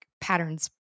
patterns